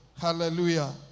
Hallelujah